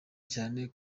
cyane